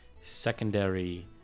secondary